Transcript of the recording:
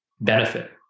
benefit